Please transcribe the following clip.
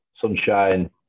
Sunshine